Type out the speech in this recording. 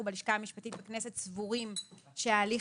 אנחנו בלשכה המשפטית בכנסת סבורים שההליך